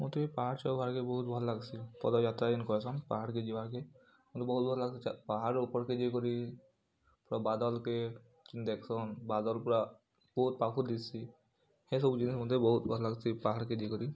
ମତେ ମତେ ପାହାଡ୍ ଚଗ୍ବାକେ ବହୁତ୍ ଭଲ୍ ଲାଗ୍ସି ପଦଯାତ୍ରା ଯେନ୍ କହେସନ୍ ପାହାଡ଼୍କେ ଯିବାର୍କେ ମତେ ବହୁତ୍ ଭଲ୍ ଲାଗ୍ସି ପାହାଡ଼୍ର ଉପର୍କେ ଯାଇକରି ପୁରା ବାଦଲ୍କେ ଦେଖସନ୍ ବାଦଲ୍ ପୁରା ବହୁତ୍ ପାଖୁ ଦିସ୍ସି ହେ ସବୁ ଜିନିଷ୍ ମତେ ବହୁତ୍ ଭଲ୍ ଲାଗ୍ସି ପାହାଡ଼୍କେ ଯାଇକରି